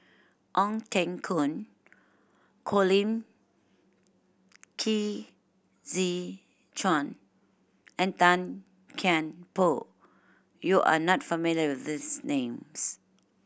Ong Teng Koon Colin Qi Zhe Quan and Tan Kian Por you are not familiar with these names